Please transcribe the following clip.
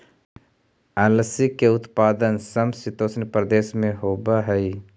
अलसी के उत्पादन समशीतोष्ण प्रदेश में होवऽ हई